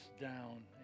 down